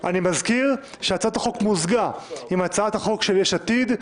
מזכיר שהצעת החוק מוזגה עם הצעת החוק של יש עתיד,